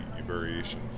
variation